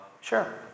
Sure